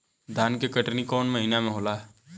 धान के कटनी कौन महीना में होला?